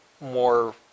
more